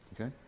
Okay